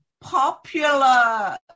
popular